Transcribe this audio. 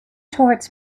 towards